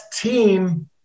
team